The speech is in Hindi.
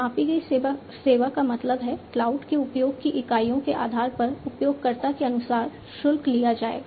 मापी गई सेवा का मतलब है क्लाउड के उपयोग की इकाइयों के आधार पर उपयोगकर्ता के अनुसार शुल्क लिया जाएगा